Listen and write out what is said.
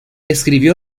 escribió